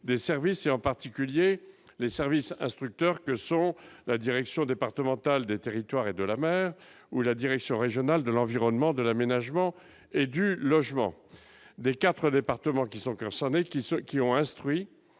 des services et en particulier les services instructeurs que sont la direction départementale des territoires et de la mer ou la direction régionale de l'environnement, de l'Aménagement et du logement, des 4 départements qui sont concernés, qui sont, qui